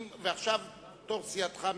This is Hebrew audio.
אם עכשיו תור סיעתך מגיע,